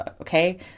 okay